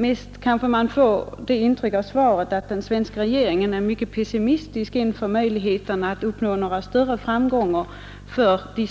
Mest ger kanske svaret intryck av att svenska regeringen är pessimistisk inför möjligheterna att uppnå några större framgångar för u-ländernas